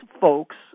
folks